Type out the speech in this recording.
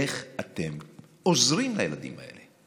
איך אתם עוזרים לילדים האלה,